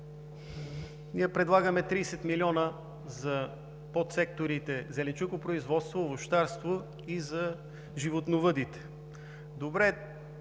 ние предлагаме 30 милиона за подсекторите за зеленчукопроизводство, овощарство и за животновъдите.